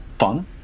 fun